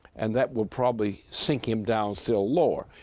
and that will probably sink him down still lower.